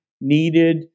needed